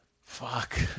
fuck